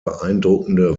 beeindruckende